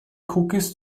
cookies